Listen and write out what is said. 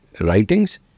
writings